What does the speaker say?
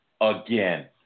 again